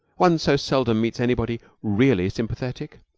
one so seldom meets anybody really sympathetic.